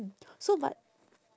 so but